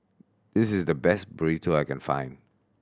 this is the best Burrito I can find